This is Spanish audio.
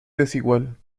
desigual